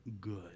good